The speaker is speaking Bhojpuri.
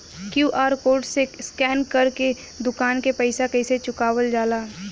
क्यू.आर कोड से स्कैन कर के दुकान के पैसा कैसे चुकावल जाला?